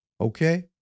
okay